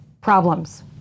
problems